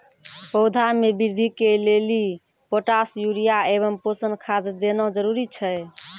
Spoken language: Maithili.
पौधा मे बृद्धि के लेली पोटास यूरिया एवं पोषण खाद देना जरूरी छै?